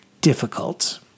difficult